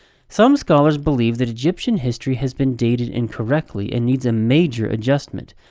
some scholars believe that egyptian history has been dated incorrectly and needs a major adjustment.